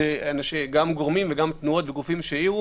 גם גורמים וגם תנועות וגופים שהעירו.